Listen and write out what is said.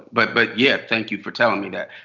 but but yeah. thank you for telling me that.